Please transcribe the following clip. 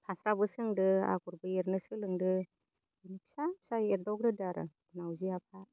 फास्राबो सोंदों आगरबो एरनो सोलोंदो फिसा फिसा एरदावग्रोदो आरो मावजि आफा